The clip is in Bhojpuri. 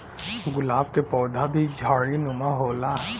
गुलाब क पौधा भी झाड़ीनुमा होला